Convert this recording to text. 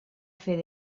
fer